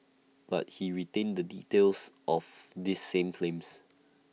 but he retained the details of these same claims